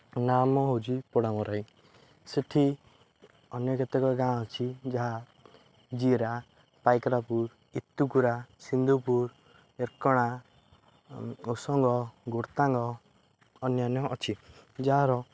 ନାମ ହେଉଛି ପୋଡ଼ାମରାଇ ସେଇଠି ଅନ୍ୟ କେତେକ ଗାଁ ଅଛି ଯାହା ଜିରା ପାଇକରାପୁର ଏତୁକୁୁରା ସିନ୍ଧୁପୁର ଏକଣା ଗୋଷଙ୍ଗ ଗୋୃର୍ତ୍ତାଙ୍ଗ ଅନ୍ୟାନ୍ୟ ଅଛି ଯାହାର